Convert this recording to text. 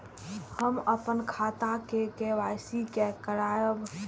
हम अपन खाता के के.वाई.सी के करायब?